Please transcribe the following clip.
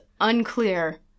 unclear